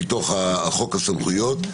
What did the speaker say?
מתוך חוק הסמכויות,